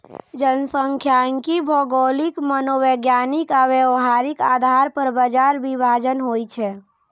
जनखांख्यिकी भौगोलिक, मनोवैज्ञानिक आ व्यावहारिक आधार पर बाजार विभाजन होइ छै